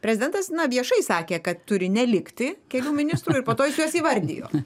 prezidentas na viešai sakė kad turi nelikti kelių ministrų ir po to jis juos įvardijo